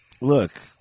Look